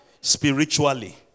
spiritually